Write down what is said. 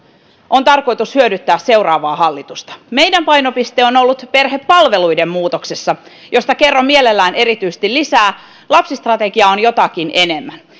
on tarkoitus hyödyttää seuraavaa hallitusta meidän painopisteemme on on ollut perhepalveluiden muutoksessa josta erityisesti kerron mielelläni lisää lapsistrategia on jotakin enemmän